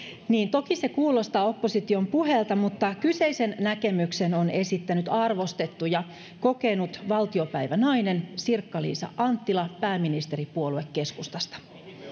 toki se kuulostaa opposition puheelta mutta kyseisen näkemyksen on esittänyt arvostettu ja kokenut valtiopäivänainen sirkka liisa anttila pääministeripuolue keskustasta